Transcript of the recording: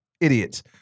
idiots